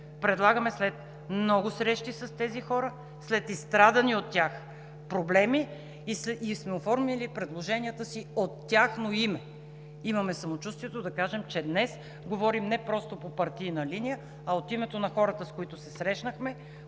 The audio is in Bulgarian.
предлагаме след много срещи с тези хора, след изстрадани от тях проблеми и сме оформили предложенията си от тяхно име. Имаме самочувствието да кажем, че днес говорим не просто по партийна линия, а от името на хората, с които се срещнахме,